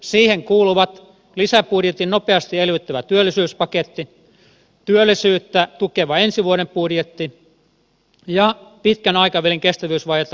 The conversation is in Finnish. siihen kuuluvat lisäbudjetin nopeasti elvyttävä työllisyyspaketti työllisyyttä tukeva ensi vuoden budjetti ja pitkän aikavälin kestävyysvajetta kaventavat rakennetoimet